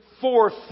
forth